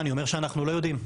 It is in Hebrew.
אני אומר שאנחנו לא יודעים.